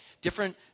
Different